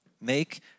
Make